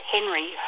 Henry